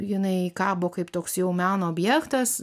jinai kabo kaip toks jau meno objektas